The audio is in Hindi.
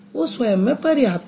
वह स्वयं में पर्याप्त है